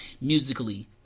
musically